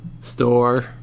Store